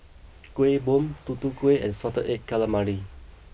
Kuih Bom Tutu Kueh and Salted Egg Calamari